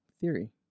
Theory